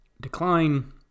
decline